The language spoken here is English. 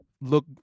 Look